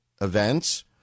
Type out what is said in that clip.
events